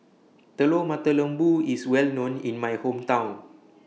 Telur Mata Lembu IS Well known in My Hometown